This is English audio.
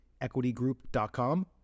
equitygroup.com